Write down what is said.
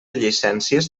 llicències